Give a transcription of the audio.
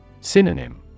Synonym